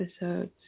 episodes